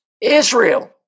Israel